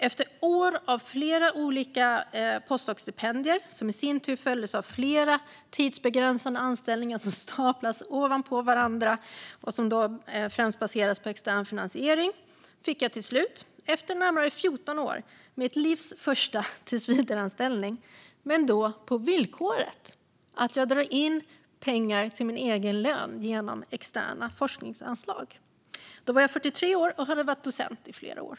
Efter år av olika postdoktorsstipendier, som i sin tur följdes av flera tidsbegränsade anställningar som staplades på varandra och främst baserades på extern finansiering, fick jag till slut, efter närmare 14 år, mitt livs första tillsvidareanställning - men då på villkoret att jag skulle dra in pengar till min egen lön genom externa forskningsanslag. Då var jag 43 år och hade varit docent i flera år.